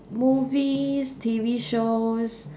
movies T_V shows